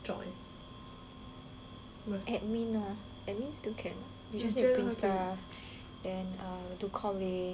admin lor admin still can you just need to print stuff and err do callings err